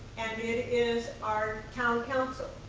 and it is our town council.